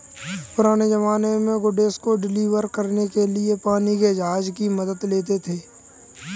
पुराने ज़माने में गुड्स को डिलीवर करने के लिए पानी के जहाज की मदद लेते थे